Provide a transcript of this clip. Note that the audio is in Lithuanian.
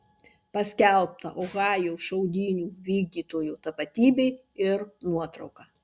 paskelbta ohajo šaudynių vykdytojo tapatybė ir nuotrauka